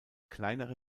kleinere